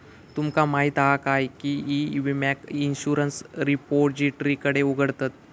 तुमका माहीत हा काय की ई विम्याक इंश्युरंस रिपोजिटरीकडे उघडतत